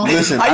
Listen